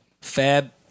Fab